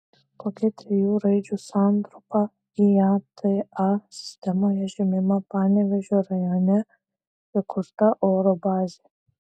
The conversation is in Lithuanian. kokia trijų raidžių santrumpa iata sistemoje žymima panevėžio rajone įkurta oro bazė